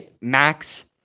Max